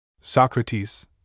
Socrates